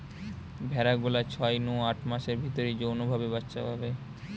ভেড়া গুলা ছয় নু আট মাসের ভিতরেই যৌন ভাবে বাচ্চা করে